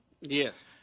Yes